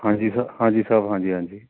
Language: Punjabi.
ਹਾਂਜੀ ਸਰ ਹਾਂਜੀ ਸਾਹਿਬ ਹਾਂਜੀ ਹਾਂਜੀ